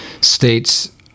states